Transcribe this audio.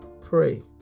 pray